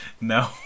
No